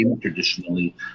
traditionally